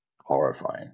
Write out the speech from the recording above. horrifying